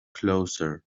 closer